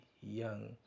young